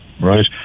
right